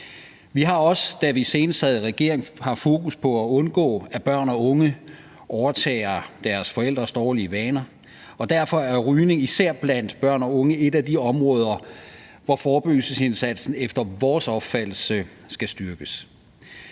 Vi har også, da vi senest sad i regering, haft fokus på at undgå, at børn og unge overtager deres forældres dårlige vaner, og derfor er rygning især blandt børn og unge et af de områder, hvor forebyggelsesindsatsen efter vores opfattelse skal styrkes.